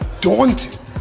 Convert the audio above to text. daunting